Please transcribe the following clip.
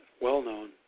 well-known